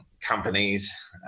companies